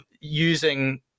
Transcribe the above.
using